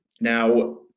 Now